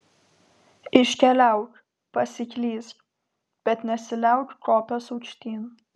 iškeliauk pasiklysk bet nesiliauk kopęs aukštyn